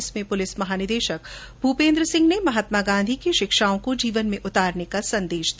इसमें पुलिस महानिदेशक भूपेन्द्र सिंह र्न महात्मा गांधी की शिक्षाओं को जीवन में उतारने का संदेश दिया